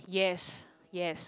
yes yes